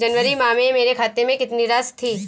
जनवरी माह में मेरे खाते में कितनी राशि थी?